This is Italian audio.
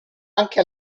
anche